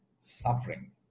suffering